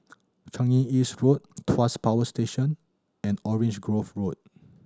Changi East Road Tuas Power Station and Orange Grove Road